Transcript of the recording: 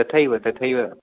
तथैव तथैव